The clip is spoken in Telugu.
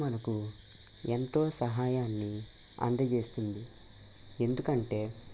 అది మనకు ఎంతో సహాయాన్ని అందజేస్తుంది ఎందుకంటే